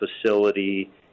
facility